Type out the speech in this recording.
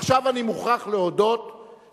עכשיו אני מוכרח להודות,